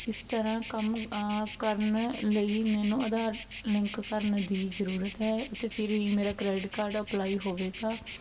ਇਸ ਤਰ੍ਹਾਂ ਕੰਮ ਕਰਨ ਲਈ ਮੈਨੂੰ ਆਧਾਰ ਲਿੰਕ ਕਰਨ ਦੀ ਜ਼ਰੂਰਤ ਹੈ ਅਤੇ ਫਿਰ ਹੀ ਮੇਰਾ ਕ੍ਰੈਡਿਟ ਕਾਰਡ ਅਪਲਾਈ ਹੋਵੇਗਾ